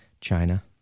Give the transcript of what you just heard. China